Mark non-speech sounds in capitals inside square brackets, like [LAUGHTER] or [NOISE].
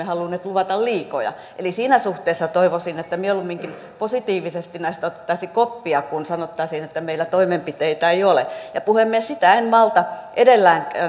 [UNINTELLIGIBLE] halunneet luvata liikoja eli siinä suhteessa toivoisin että mieluumminkin positiivisesti näistä otettaisiin koppia kuin sanottaisiin että meillä toimenpiteitä ei ole ja puhemies sitä en malta edelleen